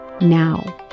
now